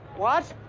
what?